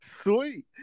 Sweet